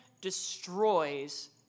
destroys